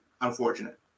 Unfortunate